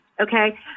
okay